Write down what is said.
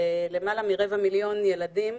ולמעלה מרבע מיליון ילדים,